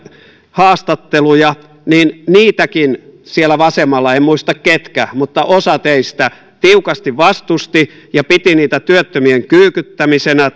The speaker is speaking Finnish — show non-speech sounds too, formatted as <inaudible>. haastatteluja niin niitäkin siellä vasemmalla en muista ketkä mutta osa teistä tiukasti vastustettiin ja pidettiin työttömien kyykyttämisenä <unintelligible>